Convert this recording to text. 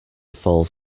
falls